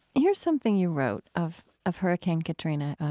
here's something you wrote of of hurricane katrina.